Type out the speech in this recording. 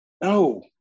No